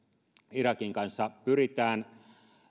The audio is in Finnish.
irakin kanssa pyritään